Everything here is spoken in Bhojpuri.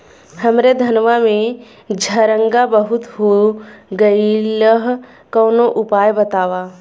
हमरे धनवा में झंरगा बहुत हो गईलह कवनो उपाय बतावा?